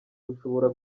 bushobora